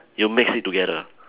you mix it together